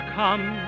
come